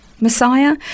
Messiah